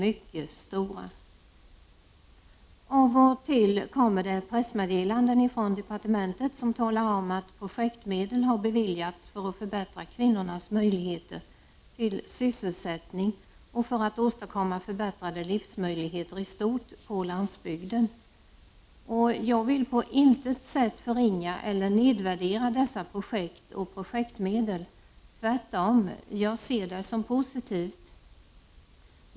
Av och till kommer det pressmeddelanden från departementet som talar om att projektmedel har beviljats för att förbättra kvinnornas möjligheter till sysselsättning och för att åstadkomma förbättrade livsmöjligheter i stort på landsbygden. Jag vill på intet sätt förringa eller nedvärdera dessa projekt och projektmedel. Jag ser tvärtom detta som positivt.